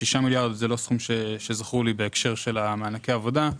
השישה מיליארד זה לא סכום שזכור לי בהקשר של מענקי העבודה,